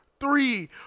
three